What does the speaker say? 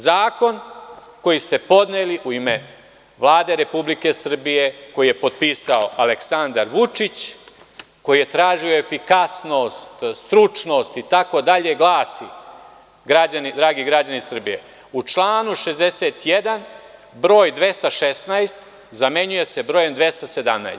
Zakon koji ste podneli u ime Vlade Republike Srbije, koji je potpisao Aleksandar Vučić, koji je tražio efikasnost, stručnost itd. glasi, dragi građani Srbije, u članu 61. broj 216. zamenjuje se brojem 217.